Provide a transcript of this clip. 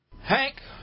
Hank